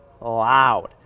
loud